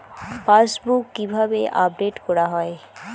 Passbook কিভাবে update করা হয়?